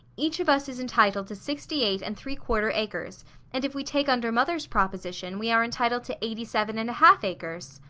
each of us is entitled to sixty-eight and three quarter acres and if we take under mother's proposition we are entitled to eighty-seven and a half acres.